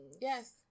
yes